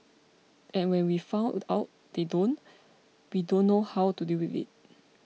and when we found out they don't we don't know how to deal with it